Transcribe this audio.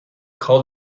call